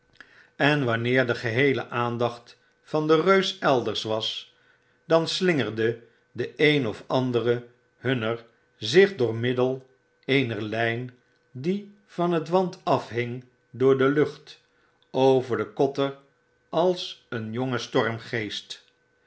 en wanneer de geheeie aandacht van den reus elders was dan slingerde de een of andere hunner zich door middel eener lyn die van het want af hing door de lucht over den kotter als een